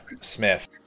Smith